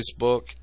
Facebook